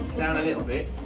down a little bit.